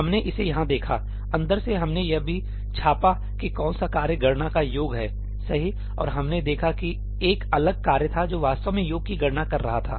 हमने इसे यहाँ देखा अंदर से हमने यह भी छापा कि कौन सा कार्य गणना का योग है सही और हमने देखा कि एक अलग कार्य था जो वास्तव में योग की गणना कर रहा है